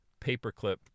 Paperclip